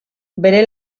bere